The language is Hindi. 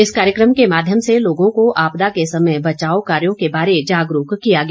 इस कार्यक्रम के माध्यम से लोगों को आपदा के समय बचाव कार्यों के बारे जागरूक किया गया